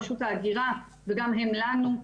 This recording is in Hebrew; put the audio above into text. רשות ההגירה, וגם הם לנו.